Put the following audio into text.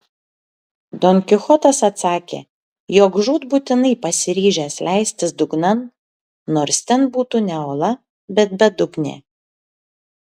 don kichotas atsakė jog žūtbūtinai pasiryžęs leistis dugnan nors ten būtų ne ola bet bedugnė